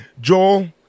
Joel